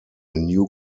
new